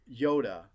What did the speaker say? Yoda